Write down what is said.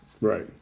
Right